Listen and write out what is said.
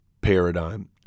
paradigm